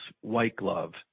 white-glove